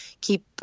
keep